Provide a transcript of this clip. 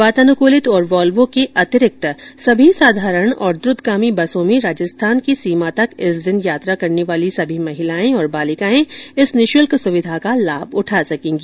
वातानुकूलित और वॉल्वो के अतिरिक्त सभी साधारण तथा द्रतगामी बसों में राजस्थान की सीमा तक इस दिन यात्रा करने वाली सभी महिलाए और बालिकाएं इस निःशुल्क सुविधा का लाभ उठा सकेंगी